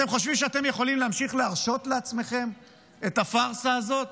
אתם חושבים שאתם יכולים להמשיך להרשות לעצמכם את הפארסה הזאת